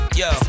yo